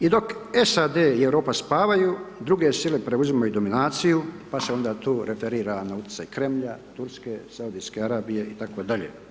I dok SAD i Europa spavaju, druge sile preuzimaju dominaciju, pa se onda tu referira Nautica, i Kremlja, Turske, Saudijske Arabije itd.